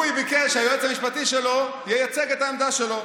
הוא ביקש שהיועץ המשפטי שלו ייצג את העמדה שלו.